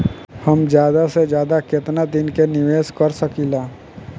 हम ज्यदा से ज्यदा केतना दिन के निवेश कर सकिला?